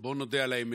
בוא נודה על האמת: